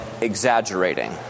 exaggerating